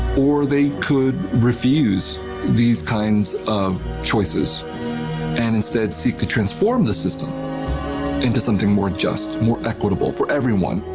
or they could refuse these kinds of choices and instead seek to transform the system into something more just, more equitable for everyone,